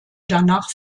danach